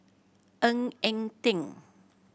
Ng Eng Teng